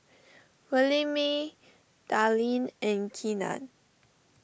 Williemae Darlene and Keenan